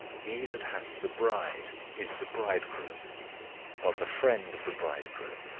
he that hath the bride is the bridegroom but the friend of the bridegroom,